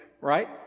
right